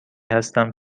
هستم